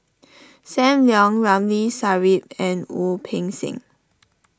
Sam Leong Ramli Sarip and Wu Peng Seng